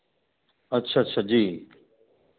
अच्छा अच्छा जी